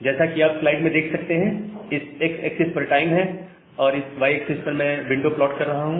जैसा कि आप स्लाइड में देख सकते हैं इस x axis पर टाइम है और इस y axis पर मैं विंडो प्लॉट कर रहा हूं